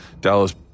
Dallas